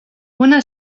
una